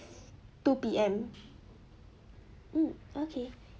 two P_M mm okay